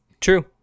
True